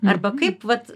arba kaip vat